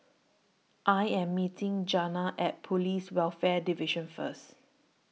I Am meeting Janna At Police Welfare Division First